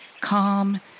calm